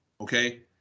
okay